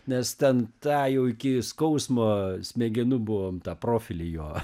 nes ten tą jau iki skausmo smegenų buvom tą profilį jo